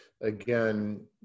again